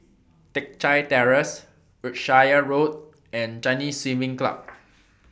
Teck Chye Terrace Wiltshire Road and Chinese Swimming Club